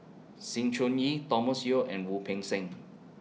Sng Choon Yee Thomas Yeo and Wu Peng Seng